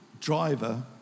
driver